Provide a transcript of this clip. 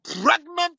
pregnant